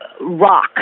rock